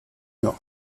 nord